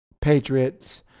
Patriots